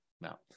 now